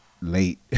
Late